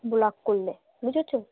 vlog কল্লে বুঝেছো